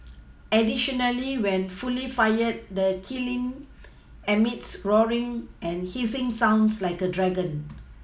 additionally when fully fired the kiln emits roaring and hissing sounds like a dragon